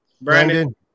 Brandon